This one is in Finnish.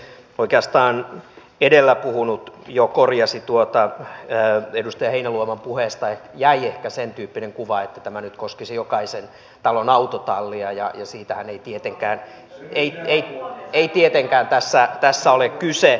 oikeastaan edellä puhunut jo korjasi tuota kun edustaja heinäluoman puheesta jäi ehkä sen tyyppinen kuva että tämä nyt koskisi jokaisen talon autotallia ja siitähän ei tietenkään tässä ole kyse